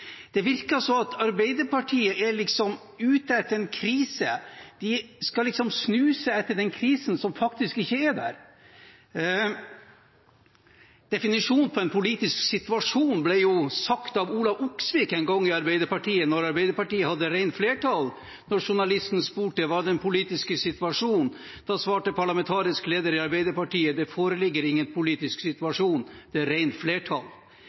Det virker som at Arbeiderpartiet er ute etter en krise. De skal liksom snuse etter den krisen som faktisk ikke er der. Definisjonen på en politisk situasjon ble gitt av Olav Oksvik fra Arbeiderpartiet en gang da Arbeiderpartiet hadde rent flertall. Da journalisten spurte hva som var den politiske situasjonen, svarte parlamentarisk leder i Arbeiderpartiet: Det foreligger ingen politisk situasjon, det er rent flertall.